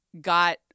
got